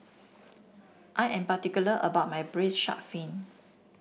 I am particular about my braised shark fin